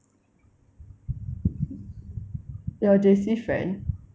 your J_C friend